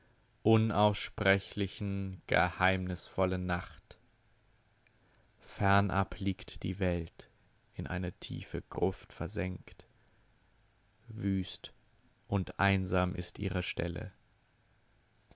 unaussprechlichen geheimnisvollen nacht fernab liegt die welt in eine tiefe gruft versenkt wüst und einsam ist ihre stelle